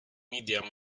medium